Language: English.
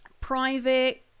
private